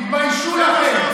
כל